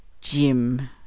Jim